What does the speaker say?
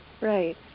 Right